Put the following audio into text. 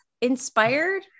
inspired